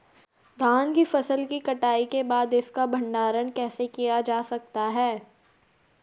धान की फसल की कटाई के बाद इसका भंडारण कैसे किया जा सकता है?